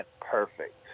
perfect